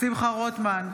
אינו נוכח שמחה רוטמן,